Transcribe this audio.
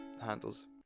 handles